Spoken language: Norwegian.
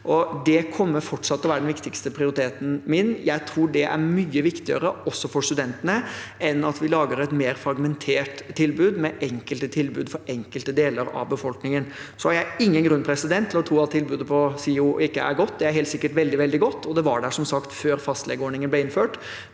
Det kommer fortsatt til å være den viktigste prioriteringen min. Jeg tror det er mye viktigere for studentene enn at vi lager et mer fragmentert tilbud med enkelte tilbud for enkelte deler av befolkningen. Så har jeg ingen grunn til å tro at tilbudet på Studentsamskipnaden i Oslo, SiO, ikke er godt, det er helt sikkert veldig, veldig godt, og det tilbudet var der, som sagt, før fastlegeordningen ble innført.